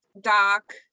doc